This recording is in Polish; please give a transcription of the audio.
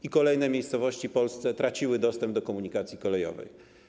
I kolejne miejscowości w Polsce traciły dostęp do komunikacji kolejowej.